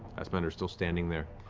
fassbender's still standing there.